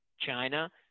China